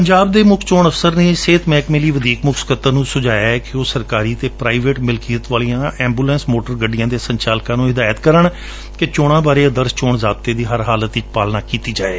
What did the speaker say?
ਪੰਜਾਬ ਦੇ ਮੁੱਖ ਚੋਣ ਅਫਸਰ ਨੇ ਸਿਹਤ ਮਹਿਕਮੇ ਲਈ ਵਧੀਕ ਮੁੱਖ ਸਕੱਤਰ ਨੂੰ ਸੁਝਾਇਐ ਕਿ ਉਹ ਸਰਕਾਰੀ ਅਤੇ ਪ੍ਾਈਵੇਟ ਮਿਲਕਿਅਤ ਵਾਲੀਆਂ ਐਂਬੁਲੈਂਸ ਮੋਟਰ ਗੱਡੀਆਂ ਦੇ ਸੰਚਾਲਕਾਂ ਨੂੰ ਹਿਦਾਇਤ ਕਰਨ ਕਿ ਚੋਣਾਂ ਬਾਰੇ ਆਦਰਸ਼ ਚੋਣ ਜ਼ਾਬਤੇ ਦੀ ਹਰ ਹਾਲਤ ਵਿਚ ਪਾਲਣਾ ਕੀਤੀ ਜਾਵੇ